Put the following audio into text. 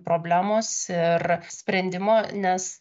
problemos ir sprendimo nes